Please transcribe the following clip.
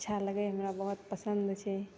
अच्छा लागैए हमरा बड़ा पसन्द एतै